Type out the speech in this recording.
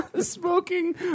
Smoking